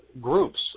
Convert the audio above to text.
groups